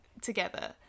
together